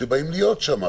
שבאים להיות שם.